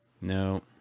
No